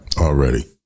Already